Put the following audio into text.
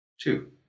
Two